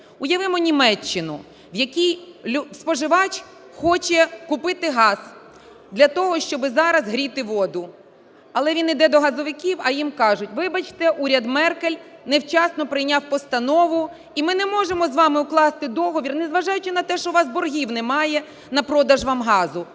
Уявімо Німеччину, в якій споживач хоче купити газ для того, щоб зараз гріти воду. Але він йде до газовиків, а їм кажуть: "Вибачте, уряд Меркель невчасно прийняв постанову і ми не можемо з вами укласти договір, незважаючи на те, що у вас боргів немає, на продаж вам газу".